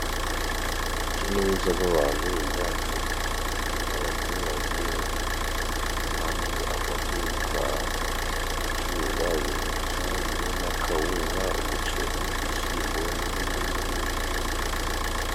Urujya n'uruza rw'abantu biganjemo abaturage. Hari amaduka acuruza, ibindu bijanye n'a kawunga umuceri ibishyimbo n'ibindi n'ibindi.